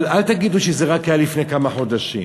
אבל אל תגידו שזה היה רק לפני כמה חודשים,